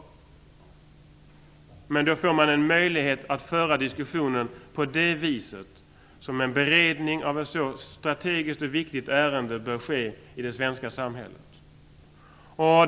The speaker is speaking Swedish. Därigenom skulle man få möjlighet att föra diskussionen på det sätt som en beredning av ett så strategiskt och viktigt ärende bör ske i det svenska samhället.